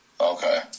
Okay